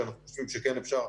שאנחנו חושבים שכן אפשר,